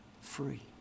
free